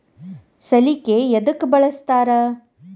ಸಲಿಕೆ ಯದಕ್ ಬಳಸ್ತಾರ?